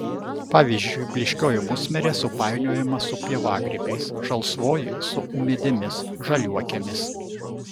pavyzdžiui blyškioji musmirė supainiojama su pievagrybiais žalsvoji su ūmėdėmis žaliuokėmis